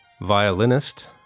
violinist